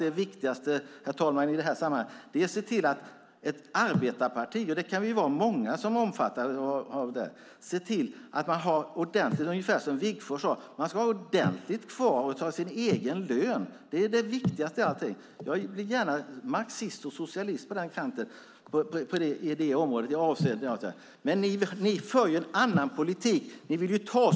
Det viktigaste i detta sammanhang, herr talman, är att ett arbetarparti - det kan många av oss omfattas av - ser till, ungefär som Wigforss sade, att man ska ha ordentligt kvar av sin egen lön. Det är det viktigaste. Jag är gärna marxist och socialist på den kanten, i det avseendet, men ni för ju en annan politik, Jacob Johnson.